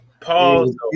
Pause